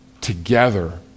together